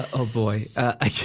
ah oh boy. i